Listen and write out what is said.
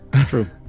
True